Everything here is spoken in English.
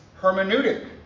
hermeneutic